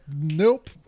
nope